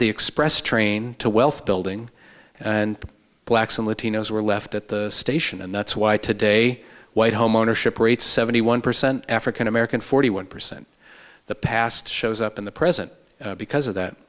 the express train to wealth building and blacks and latinos were left at the station and that's why today white homeownership rates seventy one percent african american forty one percent the past shows up in the present because of that